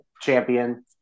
champion